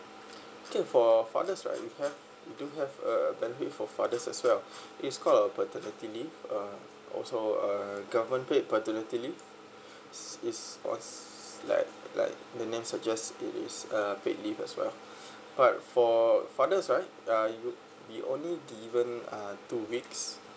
okay for father's right we have do have a benefit for father's as well it's called a paternity leave uh also uh government paid paternity leave is is like like the name suggest it is a paid leave as well but for father's right uh you you only given uh two weeks